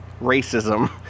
racism